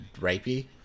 rapey